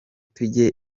tujye